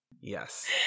Yes